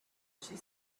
she